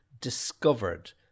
discovered